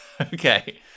Okay